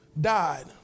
died